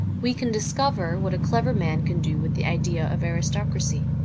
we can discover what a clever man can do with the idea of aristocracy.